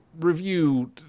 review